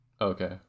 Okay